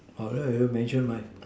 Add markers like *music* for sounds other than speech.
*noise* you mention my